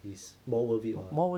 is more worth it [what]